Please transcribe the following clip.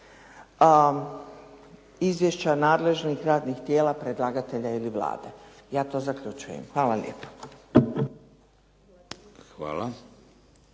izvješća nadležnih radnih tijela, predlagatelja ili Vlade. Ja to zaključujem. Hvala lijepo.